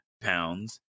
pounds